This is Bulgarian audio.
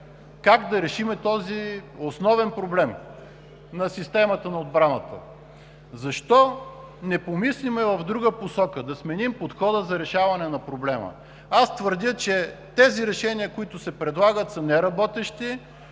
как да решим този основен проблем на системата на отбраната? Защо не помислим в друга посока – да сменим подхода за решаване на проблема? Аз твърдя, че тези решения, които се предлагат, са неработещи,